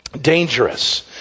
dangerous